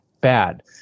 bad